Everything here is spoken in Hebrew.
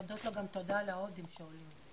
יעל לינדנברג, אגף תקציבים,